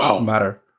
matter